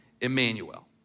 Emmanuel